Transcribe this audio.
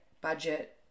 budget